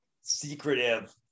secretive